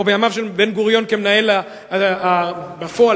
בימיו של בן-גוריון כמנהל הרדיו בפועל,